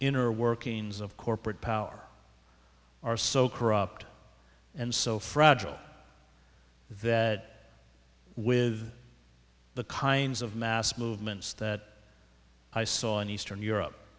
inner workings of corporate power are so corrupt and so fragile that with the kinds of mass movements that i saw in eastern europe